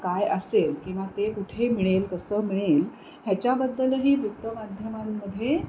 काय असेल किंवा ते कुठे मिळेल कसं मिळेल ह्याच्याबद्दलही वृत्तमाध्यमांमध्ये